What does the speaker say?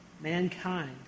mankind